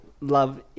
Love